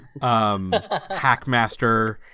Hackmaster